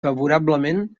favorablement